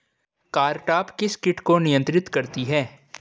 Cartap किस किट को नियंत्रित करती है?